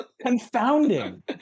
Confounding